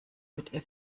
mit